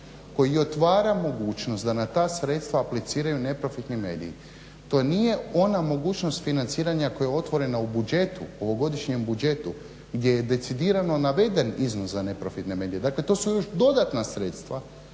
koji otvara mogućnost da na ta sredstva apliciraju neprofitni mediji. To nije ona mogućnost financiranja koja je otvorena u budžetu, ovogodišnjem budžetu gdje je decidirano naveden iznos za neprofitne medije, dakle to su još dodatna sredstva